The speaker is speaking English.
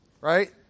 right